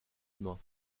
humain